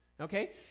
okay